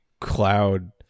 cloud